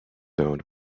owned